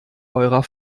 eurer